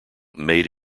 made